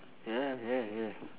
yeah yeah yeah